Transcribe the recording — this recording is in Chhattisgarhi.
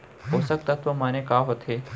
पोसक तत्व माने का होथे?